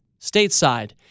stateside